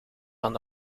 van